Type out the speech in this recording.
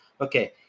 Okay